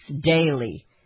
daily